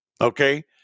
Okay